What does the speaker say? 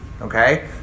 Okay